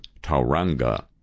Tauranga